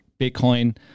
Bitcoin